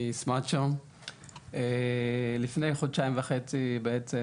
אני סמצ'או גטנך לפני חודשיים וחצי בעצם